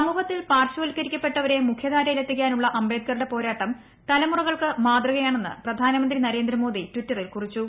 സമൂഹത്തിൽ പാർശ്വൽക്കരിക്കപ്പെട്ടവരെ മുഖ്യധാരയിലെത്തിക്കാനുള്ള അംബേദ്ക്കറുടെ പോരാട്ടം തലമുറകൾക്ക് മാതൃകയാണെന്ന് പ്രധാനമന്ത്രി നരേന്ദ്രമോദി ട്വിറ്ററിൽ കുറിച്ചു